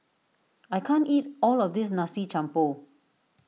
I can't eat all of this Nasi Campur